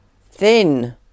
thin